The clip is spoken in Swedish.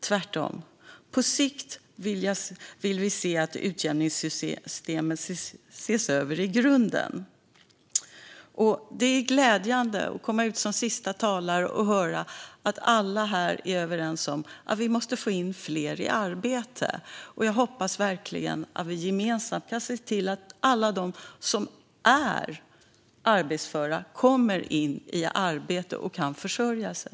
Tvärtom - på sikt vill vi se att utjämningssystemet ses över i grunden. Det är glädjande att komma ut som sista talare och höra att alla här är överens om att vi måste få in fler i arbete. Jag hoppas verkligen att vi gemensamt kan se till att alla de som är arbetsföra kommer in i arbete och kan försörja sig.